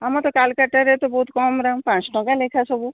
ଆମ ତ କାଲକାଟାରେ ତ ବହୁତ କମ୍ ଦାମ୍ ପାଞ୍ଚ ଟଙ୍କା ଲେଖା ସବୁ